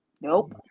Nope